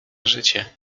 życie